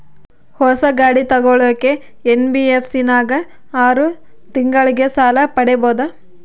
ಹೊಸ ಗಾಡಿ ತೋಗೊಳಕ್ಕೆ ಎನ್.ಬಿ.ಎಫ್.ಸಿ ನಾಗ ಆರು ತಿಂಗಳಿಗೆ ಸಾಲ ಪಡೇಬೋದ?